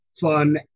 fun